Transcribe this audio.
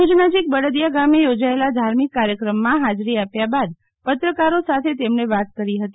ભૂજ નજીક બળદીયા ગામે યોજાયેલા ધાર્મિક કાર્યક્રમમાં હાજરી આપ્યા બાદ પત્રકારો સાથે તેમણે વાત કરી હતી